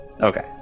Okay